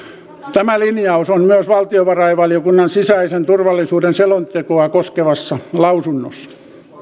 tämä linjaus on myös valtiovarainvaliokunnan sisäisen turvallisuuden selontekoa koskevassa lausunnossa